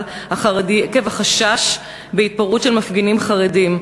החרדי עקב החשש מהתפרעות של מפגינים חרדים.